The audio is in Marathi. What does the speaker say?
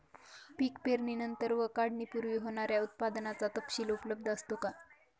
पीक पेरणीनंतर व काढणीपूर्वी होणाऱ्या उत्पादनाचा तपशील उपलब्ध असतो का?